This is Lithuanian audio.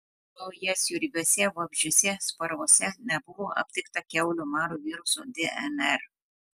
kraujasiurbiuose vabzdžiuose sparvose nebuvo aptikta kiaulių maro viruso dnr